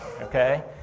okay